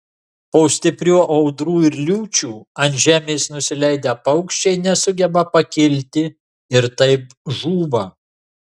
po stiprių audrų ir liūčių ant žemės nusileidę paukščiai nesugeba pakilti ir taip žūva